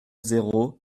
zéro